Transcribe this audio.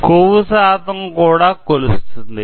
కొవ్వు శాతం కూడా కొలుస్తుంది